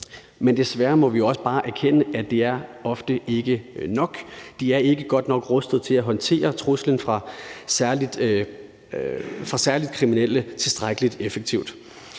Men desværre må vi jo også bare erkende, at det ofte ikke er nok. De er ikke godt nok rustet til at håndtere truslen fra særlig kriminelle tilstrækkelig effektivt.